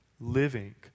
Living